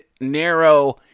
narrow